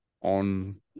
on